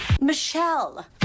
Michelle